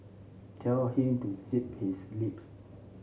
tell him to zip his lips